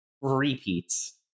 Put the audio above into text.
repeats